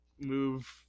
move